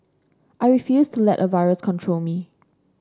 I refused to let a virus control me